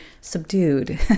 subdued